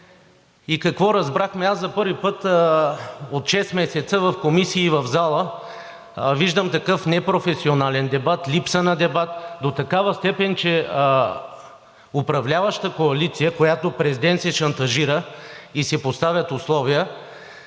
Какво разбрахме? Аз за първи път от шест месеца в комисии и в залата виждам такъв непрофесионален дебат, липса на дебат до такава степен, че управляваща коалиция, която през ден се шантажира и си поставят условия,